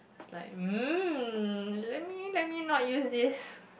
it's like mm let me let me not use this